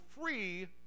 free